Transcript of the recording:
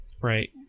Right